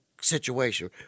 situation